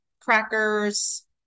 crackers